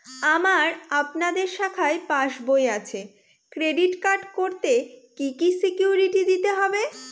আমার আপনাদের শাখায় পাসবই আছে ক্রেডিট কার্ড করতে কি কি সিকিউরিটি দিতে হবে?